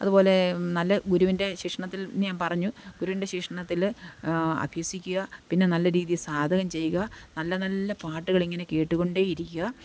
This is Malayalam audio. അതുപോലെ നല്ല ഗുരുവിൻ്റെ ശിക്ഷണത്തിൽ ഞാൻ പറഞ്ഞു ഗുരുവിൻ്റെ ശിക്ഷണത്തിൽ അഭ്യസിക്കുക പിന്നെ നല്ല രീതിയിൽ സാധകം ചെയ്യുക നല്ല നല്ല പാട്ടുകളിങ്ങനെ കേട്ടുകൊണ്ടേ ഇരിക്കുക